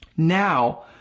Now